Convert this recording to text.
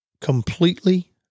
completely